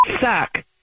suck